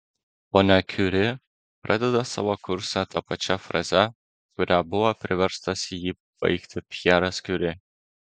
ponia kiuri pradeda savo kursą ta pačia fraze kuria buvo priverstas jį baigti pjeras kiuri